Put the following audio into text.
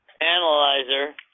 analyzer